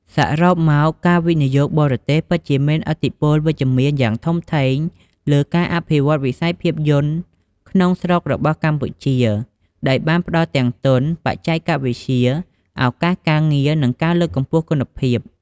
សរុបមក ការវិនិយោគបរទេសពិតជាមានឥទ្ធិពលវិជ្ជមានយ៉ាងធំធេងលើការអភិវឌ្ឍវិស័យភាពយន្តក្នុងស្រុករបស់កម្ពុជា ដោយបានផ្ដល់ទាំងទុន បច្ចេកវិទ្យា ឱកាសការងារ និងការលើកកម្ពស់គុណភាព។